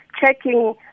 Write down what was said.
checking